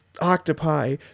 octopi